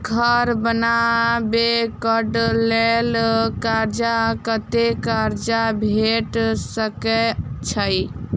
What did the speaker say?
घर बनबे कऽ लेल कर्जा कत्ते कर्जा भेट सकय छई?